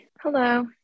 Hello